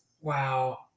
Wow